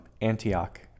Antioch